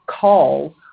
calls